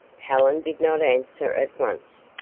helen did not answer at once.